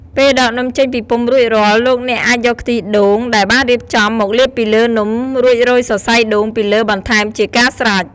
ពេលដកនំចេញពីពុម្ពរួចរាល់ លោកអ្នកអាចយកខ្ទិះដូងដែលបានរៀបចំមកលាបពីលើនំ រួចរោយសរសៃដូងពីលើបន្ថែមជាការស្រេច។